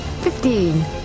Fifteen